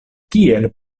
kiel